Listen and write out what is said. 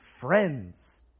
Friends